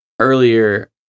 earlier